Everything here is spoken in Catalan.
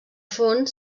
font